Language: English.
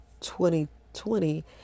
2020